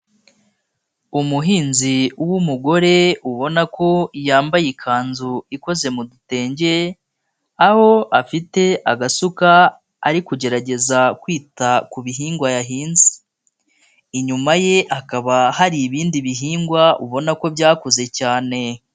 Umuhinzi w'umugore ubona ko yambaye ikanzu ikoze mu dutenge aho afite agasuka ari kugerageza kwita ku bihingwa yahinze, inyuma ye hakaba hari ibindi bihingwa ubona ko byakuze cyane.